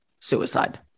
suicide